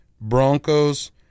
broncos